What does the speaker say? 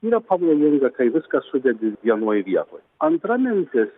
yra pavojinga kai viską sudedi vienoj vietoj antra mintis